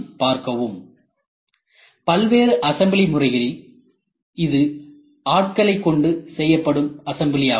பல்வேறு அசம்பிளி முறைகளில் இது ஆட்களை கொண்டு செய்யப்படும் அசம்பிளி ஆகும்